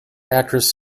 actress